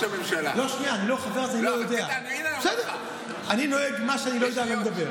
שטרן שאל פה שאלות, צריך לענות לו.